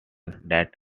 that